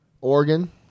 Oregon